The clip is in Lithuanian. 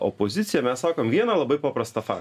opoziciją mes sakom vieną labai paprastą faktą